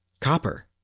copper